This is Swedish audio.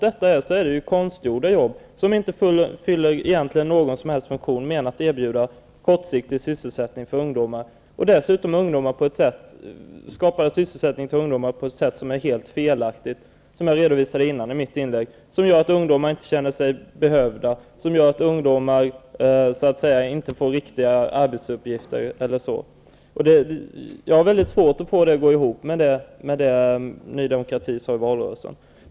Detta är konstgjorda jobb, som inte fyller någon som helst funktion mer än att erbjuda kortsiktig sysselsättning för ungdomar, dessutom på ett helt felaktigt sätt -- vilket jag redovisade i mitt inlägg -- som gör att ungdomar inte känner sig behövda, inte får riktiga arbetsuppgifter. Jag har svårt att få det att gå ihop med det som Ny demokrati sade i valrörelsen.